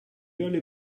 early